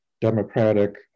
democratic